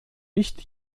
nicht